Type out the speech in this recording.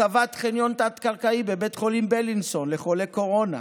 הסבת חניון תת-קרקעי בבית חולים בילינסון לחולי קורונה,